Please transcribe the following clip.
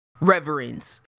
reverence